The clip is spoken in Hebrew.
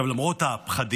עכשיו, למרות הפחדים